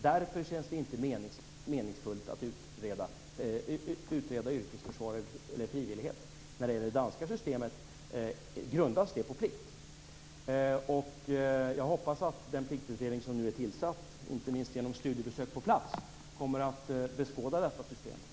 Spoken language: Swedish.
Därför känns det inte meningsfullt att utreda yrkesförsvar eller frivillighet. Det danska systemet grundas på plikt. Jag hoppas att den pliktutredning som nu är tillsatt kommer att beskåda detta system, inte minst genom studiebesök på plats.